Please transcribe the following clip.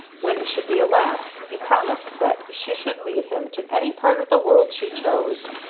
when it should be elapsed, he promised that she should lead him to any part of the world she chose.